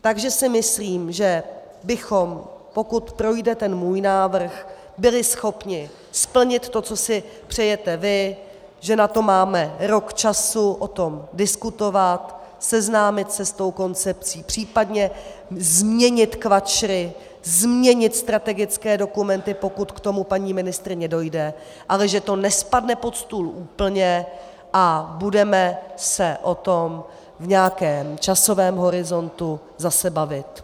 Takže si myslím, že bychom, pokud projde můj návrh, byli schopni splnit to, co si přejete vy, že na to máme rok času o tom diskutovat, seznámit se s tou koncepcí případně změnit KVAČRy, změnit strategické dokumenty, pokud k tomu paní ministryně dojde, ale že to nespadne pod stůl úplně a budeme se o tom v nějakém časovém horizontu zase bavit.